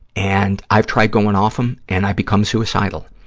and i've tried going off them, and i become suicidal.